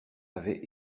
avait